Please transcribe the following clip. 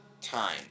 time